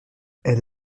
elle